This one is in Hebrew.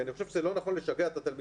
כי אני חושב שזה לא נכון לשגע את התלמידים.